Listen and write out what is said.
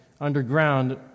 underground